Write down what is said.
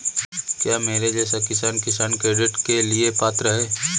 क्या मेरे जैसा किसान किसान क्रेडिट कार्ड के लिए पात्र है?